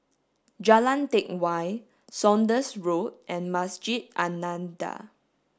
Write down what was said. Jalan Teck Whye Saunders Road and Masjid An Nahdhah